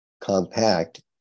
compact